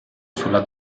sulla